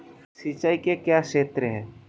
सिंचाई के क्या स्रोत हैं?